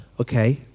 Okay